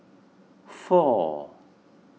four